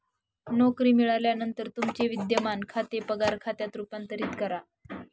नोकरी मिळाल्यानंतर तुमचे विद्यमान खाते पगार खात्यात रूपांतरित करा